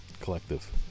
Collective